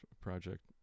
project